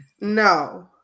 no